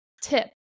tip